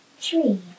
Tree